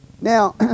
Now